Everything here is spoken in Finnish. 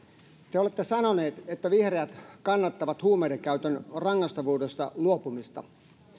te te olette sanonut että vihreät kannattavat huumeiden käytön rangaistavuudesta luopumista